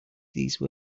these